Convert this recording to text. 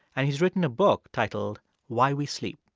and he's written a book titled why we sleep.